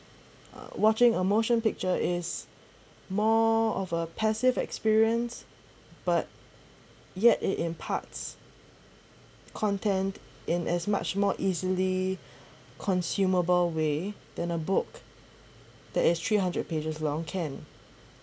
uh watching a motion picture is more of a passive experience but yet it imparts content in as much more easily consumable way than a book that's three hundred pages long can